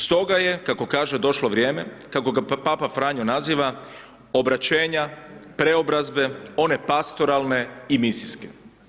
Stoga je kako kaže, došlo vrijeme kako ga papa Franjo naziva obraćenja, preobrazbe, one pastoralne i misijske.